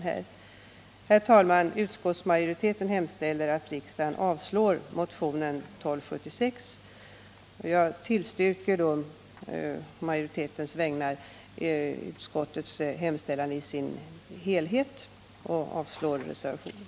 Herr talman! Utskottet hemställer att riksdagen avslår motionen 1276. På utskottsmajoritetens vägnar yrkar jag bifall till utskottets hemställan i dess helhet och avslag på reservationerna.